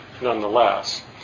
nonetheless